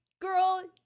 girl